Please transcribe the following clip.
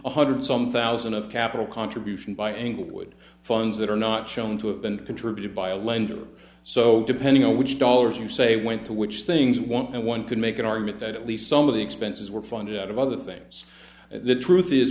one hundred some thousand of capital contributions by englewood funds that are not shown to have been contributed by a lender so depending on which dollars you say went to which things won't and one could make an argument that at least some of the expenses were funded out of other things the truth is